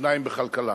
שניים בכלכלה.